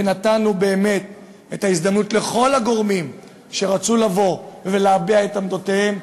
ונתנו באמת את ההזדמנות לכל הגורמים שרצו לבוא ולהביע את עמדותיהם,